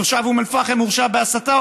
כשתושב אום אל-פחם הורשע בהסתה,